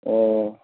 ꯑꯣ